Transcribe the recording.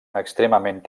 extremament